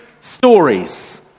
stories